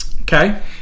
okay